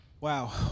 Wow